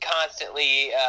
constantly